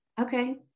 okay